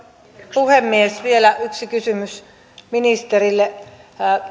puhemies vielä yksi kysymys ministerille